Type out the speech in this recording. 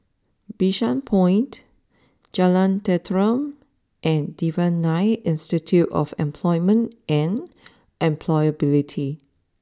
Bishan Point Jalan Tenteram and Devan Nair Institute of Employment and Employability